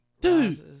Dude